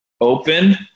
open